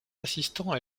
assistant